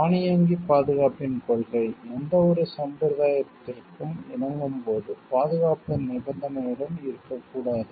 தானியங்கி பாதுகாப்பின் கொள்கை எந்தவொரு சம்பிரதாயத்திற்கும் இணங்கும்போது பாதுகாப்பு நிபந்தனையுடன் இருக்கக்கூடாது